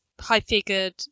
high-figured